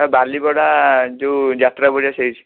sir Baliguda ଯେଉଁ ଯାତ୍ରା ପଡ଼ିଆ ସେଇଠି